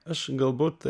aš galbūt